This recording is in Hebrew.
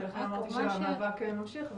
המאבק ממשיך,